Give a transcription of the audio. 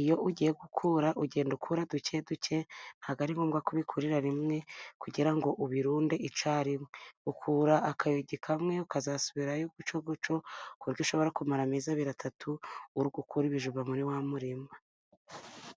iyo ugiye gukura, ugenda ukura duke duke, ntabwo ari ngombwa ko ubikurira rimwe, kugirango ngo ubirunde icyarimwe. Ukura akayogi kamwe, ukazasubirayo gutyo gutyo, kuburyo ushobora kumara amezi abiri atatu, uri gukura ibijumba muri wa murima.